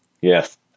Yes